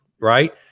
right